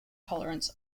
tolerance